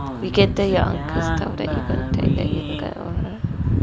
you can tell uncles stuff that you cannot